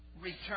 return